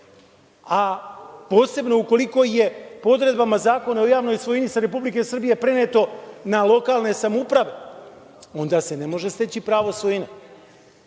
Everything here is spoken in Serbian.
a posebno ukoliko je po odredbama Zakona o javnoj svojini sa Republike Srbije preneto na lokalne samouprave, onda se ne može steći pravo svojine,